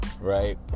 right